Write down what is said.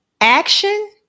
action